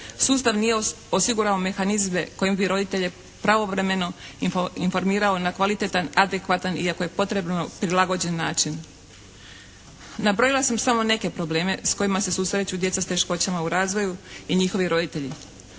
Sustav nije osigurao mehanizme kojim bi roditelje pravovremeno informirao na kvalitetan, adekvatan i ako je potrebno prilagođen način. Nabrojila sam samo neke probleme s kojima se susreću djeca s teškoćama u razvoju i njihovi roditelji.